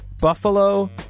Buffalo